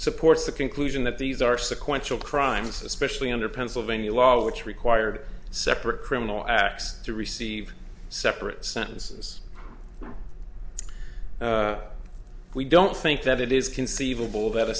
supports the conclusion that these are sequential crimes especially under pennsylvania law which required separate criminal acts to receive separate sentences we don't think that it is conceivable that a